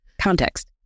Context